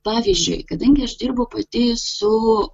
pavyzdžiui kadangi aš dirbu pati su